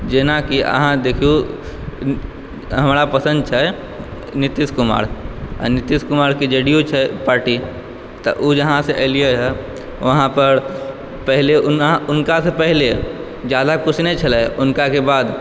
जेनाकि अहाँ देखियौ हमरा पसंद छै नीतीश कुमार आ नीतीश कुमार के जे डी यू छै पार्टी तऽ ओ जहाँ से एलियै हँ वहाँ पर पहिले वहाँ हुनका से पहिले जादा किछु नहि छलै हुनका के बाद